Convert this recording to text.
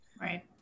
right